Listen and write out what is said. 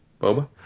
Boba